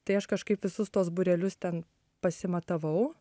tai aš kažkaip visus tuos būrelius ten pasimatavau